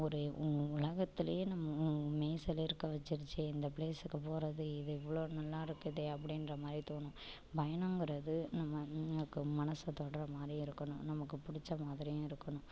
ஒரு உலகத்துலேயே நம் மெய் சிலிர்க்க வச்சிருச்சே இந்த பிளேஸுக்கு போகறது இது இவ்வளோ நல்லா இருக்குதே அப்படின்ற மாதிரி தோணும் பயணங்கிறது நம்ம நமக்கு மனசு தொடுற மாதிரி இருக்கணும் நமக்கு பிடிச்ச மாதிரியும் இருக்கணும்